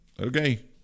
Okay